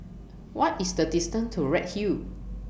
What IS The distance to Redhill